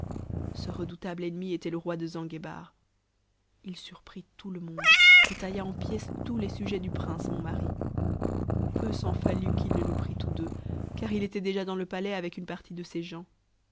ce redoutable ennemi était le roi de zanguebar il surprit tout le monde et tailla en pièces tous les sujets du prince mon mari peu s'en fallut qu'il ne nous prit tous deux car il était déjà dans le palais avec une partie de ses gens